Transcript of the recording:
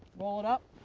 roll it up,